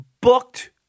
booked